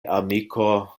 amiko